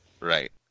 Right